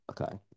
Okay